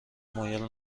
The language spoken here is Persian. مایل